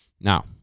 Now